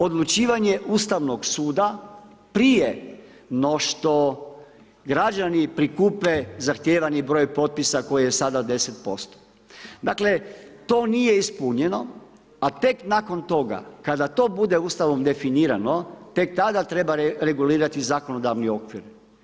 Odlučivanje Ustavnog suda prije no što građani prikupe zahtijevani broj potpisa koji je sada 10% Dakle, to nije ispunjeno, a tek nakon toga kada to bude Ustavom definirano, tek tada treba regulirati zakonodavni okvir.